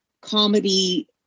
comedy